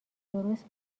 درست